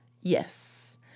Yes